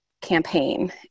campaign